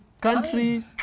country